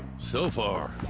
so far,